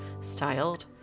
styled